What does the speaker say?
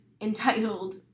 entitled